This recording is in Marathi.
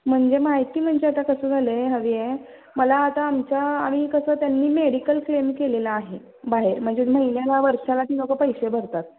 म्हणजे माहिती म्हणजे आता कसं झालं आहे हवी आहे मला आता आमच्या आणि कसं त्यांनी मेडिकल क्लेम केलेलं आहे बाहेर म्हणजे महिन्याला वर्षाला ती लोक पैसे भरतात